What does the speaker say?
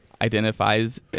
identifies